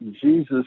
Jesus